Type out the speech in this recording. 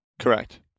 Correct